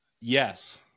yes